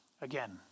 Again